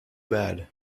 bad